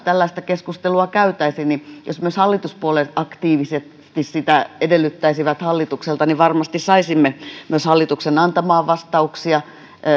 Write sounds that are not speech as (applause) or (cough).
(unintelligible) tällaista keskustelua käytäisiin myös hallituspuolueet aktiivisesti sitä edellyttäisivät hallitukselta niin varmasti saisimme myös hallituksen antamaan vastauksia